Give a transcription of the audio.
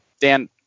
Dan